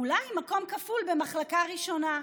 אולי מקום כפול במחלקה ראשונה.